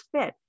fit